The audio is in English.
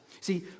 See